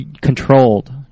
controlled